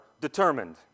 determined